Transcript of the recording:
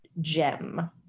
gem